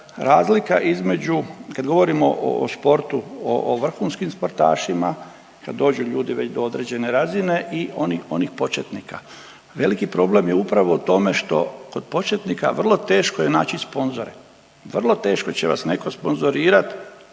razlika između kad govorimo o sportu, o vrhunskim sportašima, kad dođu ljudi već do određene razine i onih početnika, veliki problem je upravo u tome što kod početnika vrlo teško je naći sponzore, vrlo teško će vas netko sponzorirat